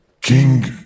King